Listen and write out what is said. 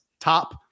top